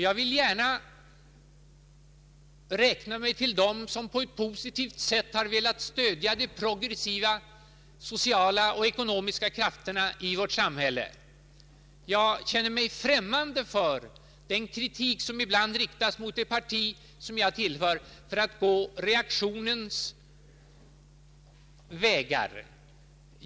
Jag vill gärna räkna mig till dem som på ett positivt sätt har velat stödja de progressiva sociala och ekonomiska krafterna i vårt samhälle. Jag känner mig främmande för den kritik som ibland riktas mot det parti jag tillhör för att gå reaktionens vägar.